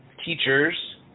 teachers